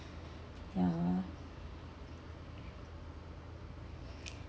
ya